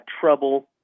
trouble